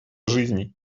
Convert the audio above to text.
жизней